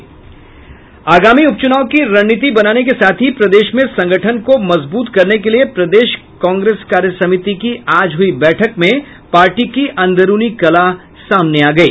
आगामी उपचुनाव की रणनीति बनाने के साथ ही प्रदेश में संगठन को मजबूत करने के लिए प्रदेश कांग्रेस कार्य समिति की आज हुई बैठक में पार्टी की अंदरूनी कलह सामने आ गयी